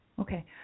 okay